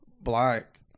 Black